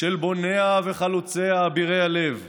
של בוניה וחלוציה, אבירי הלב.